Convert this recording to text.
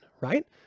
right